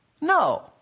No